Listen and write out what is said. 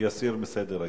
יסיר מסדר-היום.